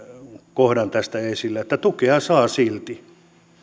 kohdan tästä esille että tukea saa silti